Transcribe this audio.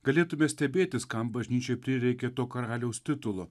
galėtume stebėtis kam bažnyčiai prireikė to karaliaus titulo